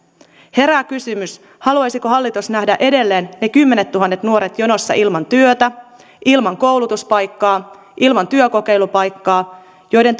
herää kysymys haluaisiko hallitus nähdä edelleen ne kymmenettuhannet nuoret jonossa ilman työtä ilman koulutuspaikkaa ilman työkokeilupaikkaa joiden